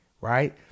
right